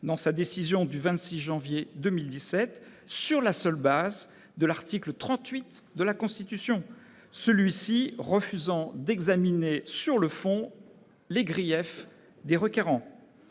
dans sa décision du 26 janvier 2017, sur la seule base de l'article 38 de la Constitution, celui-ci refusant d'examiner, sur le fond, les griefs des requérants.